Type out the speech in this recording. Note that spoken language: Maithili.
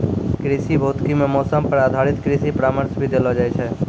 कृषि भौतिकी मॅ मौसम पर आधारित कृषि परामर्श भी देलो जाय छै